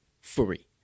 free